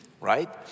right